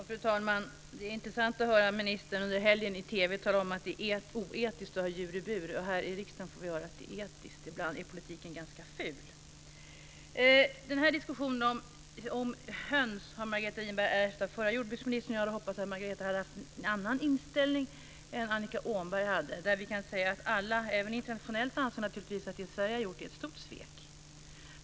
Fru talman! Det var intressant att höra ministern under helgen i TV tala om att det är oetiskt att ha djur i bur. Här i riksdagen får vi höra att det är etiskt. Ibland är politiken ganska ful. Diskussionen om höns har Margareta Winberg ärvt av förra jordbruksministern. Jag hade hoppats att Margareta Winberg hade haft en annan inställning än vad Annika Åhnberg hade, där vi kan säga att alla, även internationellt, naturligtvis anser att det Sverige har gjort är ett stort svek.